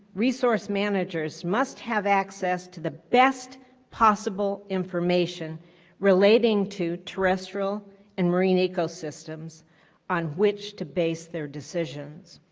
resource managers must have access to the best possible information relating to terrestrial and marine ecosystems on which to base their decisions.